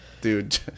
dude